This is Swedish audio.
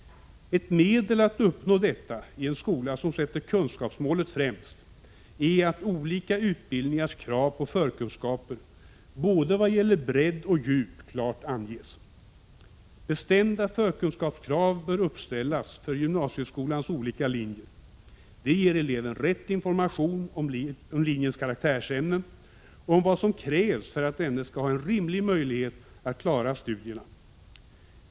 Ett medel att uppnå detta i en skola som sätter kunskapsmålet främst är att olika utbildningars krav på förkunskaper i vad gäller både bredd och djup klart anges. Bestämda förkunskapskrav bör uppställas för gymnasieskolans olika linjer. Det ger eleven rätt information om linjens karaktärsämnen och om vad som krävs för att denne skall ha en rimlig möjlighet att klara studierna.